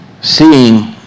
seeing